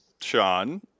Sean